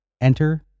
enter